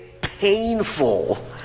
painful